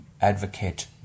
advocate